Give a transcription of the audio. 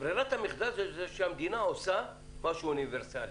ברירת המחדל היא שהמדינה עושה משהו אוניברסלי.